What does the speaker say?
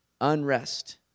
unrest